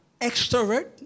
extrovert